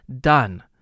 done